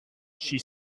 she